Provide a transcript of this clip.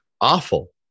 awful